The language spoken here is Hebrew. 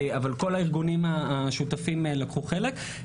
אבל כל הארגונים השותפים לקחו חלק.